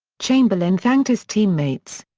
chamberlain thanked his teammates.